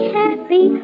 happy